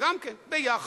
גם כן, יחד,